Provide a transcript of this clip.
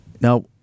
Now